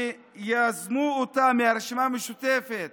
שיזמו אותו מהרשימה המשותפת